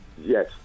Yes